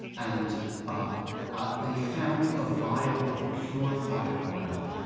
and um ah they found a vial of purified oil,